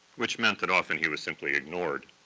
which meant that often he was simply ignored.